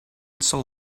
soul